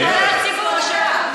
מה "בעינייך"?